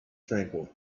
tranquil